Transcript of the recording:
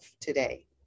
today